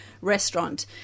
Restaurant